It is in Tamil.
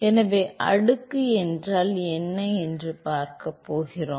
எனவே அடுக்கு என்றால் என்ன என்று பார்க்கப் போகிறோம்